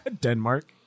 Denmark